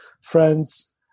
friends